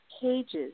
cages